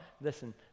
Listen